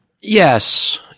Yes